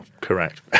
Correct